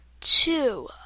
two